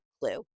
clue